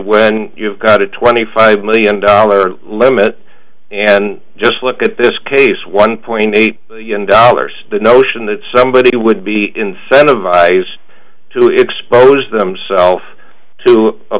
when you've got a twenty five million dollar limit and just look at this case one point eight million dollars the notion that somebody would be incentivized to expose themselves to a